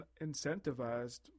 incentivized